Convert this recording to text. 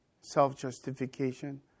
self-justification